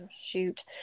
shoot